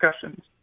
discussions